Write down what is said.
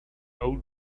old